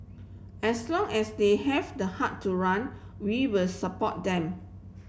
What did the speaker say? as long as they have the heart to run we will support them